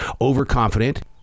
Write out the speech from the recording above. overconfident